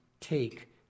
take